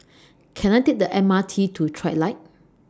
Can I Take The M R T to Trilight